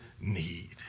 need